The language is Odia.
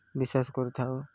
ବିଶ୍ୱାସ କରିଥାଉ